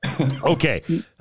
Okay